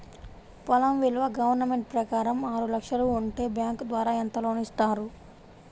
పొలం విలువ గవర్నమెంట్ ప్రకారం ఆరు లక్షలు ఉంటే బ్యాంకు ద్వారా ఎంత లోన్ ఇస్తారు?